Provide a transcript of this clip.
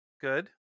Good